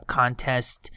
contest